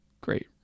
great